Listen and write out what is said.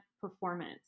performance